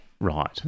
Right